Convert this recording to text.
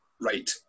right